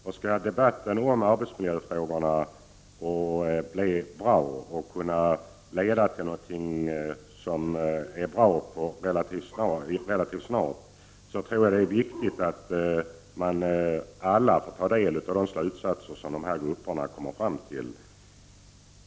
För att debatten om arbetsmiljöfrågorna skall bli bra och leda till någonting relativt snart tror jag att det är viktigt att alla får del av de slutsatser som dessa grupper kommer fram till.